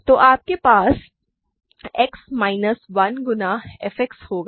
तो आपके पास X माइनस 1 गुना f X होगा